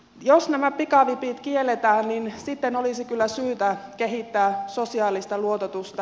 jos pikavipit kielletään niin sitten olisi kyllä syytä kehittää sosiaalista luototusta